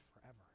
forever